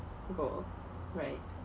go right